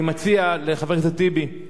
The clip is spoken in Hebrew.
אני מציע לחבר הכנסת טיבי,